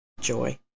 joy